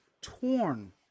torn